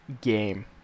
game